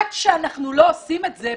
עד שאנחנו לא עושים את זה,